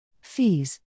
Fees